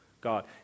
God